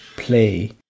play